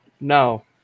No